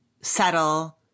settle